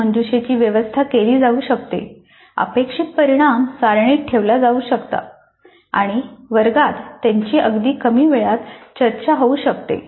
प्रश्नमंजुषेची व्यवस्था केली जाऊ शकते अपेक्षित परिणाम सारणीत ठेवला जाऊ शकतो आणि वर्गात त्यांची अगदी कमी वेळात चर्चा होऊ शकते